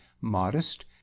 modest